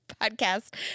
podcast